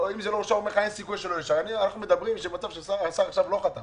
אנחנו מדברים עכשיו על מצב שהשר לא חתם